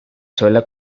suelen